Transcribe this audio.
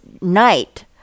night